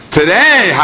Today